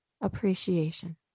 appreciation